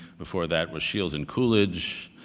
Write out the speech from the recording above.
before that was shields and coolidge.